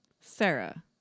Sarah